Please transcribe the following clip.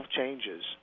changes